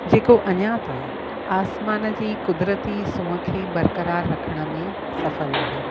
जेको अञा ताईं आसमान जी क़ुदिरती सूंहं खे बरकरार रखण में सफल आहे